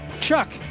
Chuck